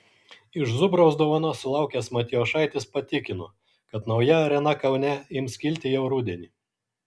iš zubraus dovanos sulaukęs matijošaitis patikino kad nauja arena kaune ims kilti jau rudenį